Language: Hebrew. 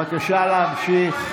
בבקשה להמשיך.